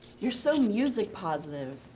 you're so music positive,